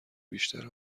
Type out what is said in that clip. بیشتر